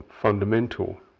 fundamental